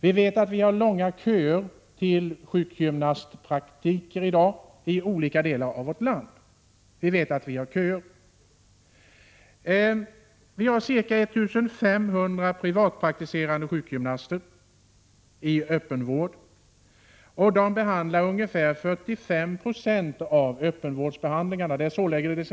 Vi vet att det är långa köer till sjukgymnastpraktiker i dag i olika delar av vårt land. Det finns ca 1500 privatpraktiserande sjukgymnaster i öppen vård. De utför ungefär 45 20 av öppenvårdsbehandlingarna.